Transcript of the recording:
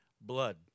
blood